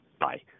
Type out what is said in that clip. Bye